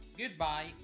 Goodbye